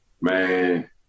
man